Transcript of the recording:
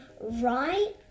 right